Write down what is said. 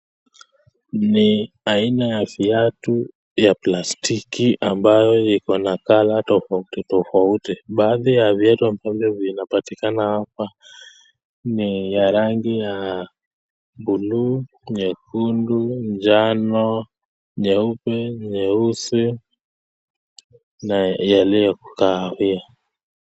Ni aina ya viatu ya plastiki ambayo iko na colour tofauti tofauti, baadhi ya viatu ambavyo vinapatikana hapa ni ya rangi ya buluu, nyekundu, njano, nyeupe, nyeusi na yaliyo kahawia.